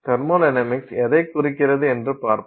thermodynamics எதைக் குறிக்கிறது என்று பார்ப்போம்